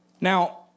Now